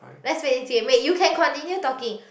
let's play this game wait you can continue talking